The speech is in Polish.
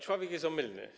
Człowiek jest omylny.